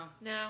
No